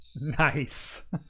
Nice